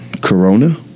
Corona